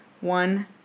one